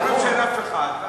אומרים שאין אף אחד.